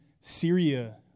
Syria